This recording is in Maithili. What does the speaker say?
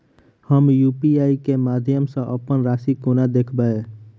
हम यु.पी.आई केँ माध्यम सँ अप्पन राशि कोना देखबै?